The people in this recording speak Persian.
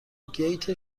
گیت